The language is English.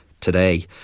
today